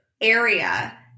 area